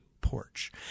porch